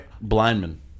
Blindman